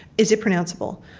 is it pronounceable?